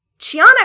Chiana